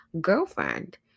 girlfriend